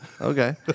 Okay